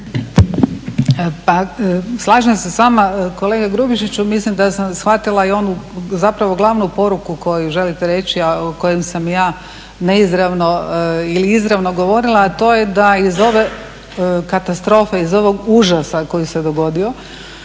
Slažem se s vama kolega Grubišiću. Mislim da sam shvatila i onu zapravo glavnu poruku koju želite reći, a o kojem sam ja neizravno ili izravno govorila, a to je da iz ove katastrofe, iz ovog užasa koji se dogodio,